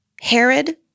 Herod